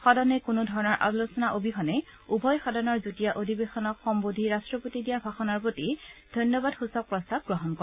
সদনে কোনো ধৰণৰ আলোচনা অবিহনে উভয় সদনৰ যুটীয়া অধিৱেশনক সম্বোধি ৰাষ্টপতিয়ে দিয়া ভাষণৰ প্ৰতি ধন্যবাদসূচক প্ৰস্তাৱ গ্ৰহণ কৰে